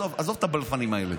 עזוב את הבלפנים האלה.